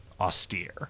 austere